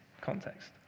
context